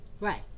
Right